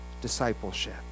discipleship